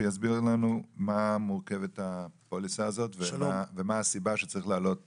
יסביר לנו ממה מורכבת הפוליסה הזאת ומה הסיבה שצריך להעלות